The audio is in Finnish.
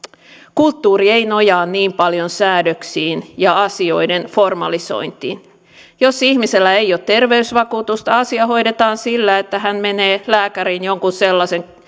kulttuuri ei nojaa niin paljon säädöksiin ja asioiden formalisointiin jos ihmisellä ei ole terveysvakuutusta asia hoidetaan sillä että hän menee lääkäriin jonkun sellaisen